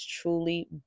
truly